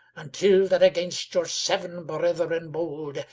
until that against your seven brethren bold,